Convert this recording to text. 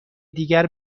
دیگر